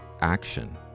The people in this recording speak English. action